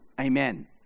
Amen